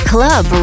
Club